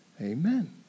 amen